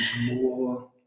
more